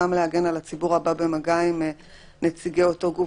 גם להגן על הציבור הבא במגע עם נציגי אותו גוף.